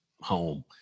home